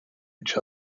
each